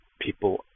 people